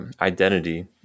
identity